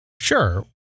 Sure